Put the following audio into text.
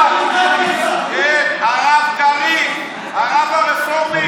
אני מבין שיאיר לפיד שירת בעיתון במחנה.